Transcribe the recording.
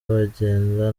bagenda